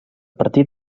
partir